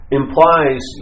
implies